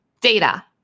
Data